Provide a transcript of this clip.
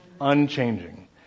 unchanging